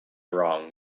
wrong